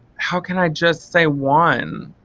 how can i just say one?